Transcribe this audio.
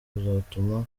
kuzatuma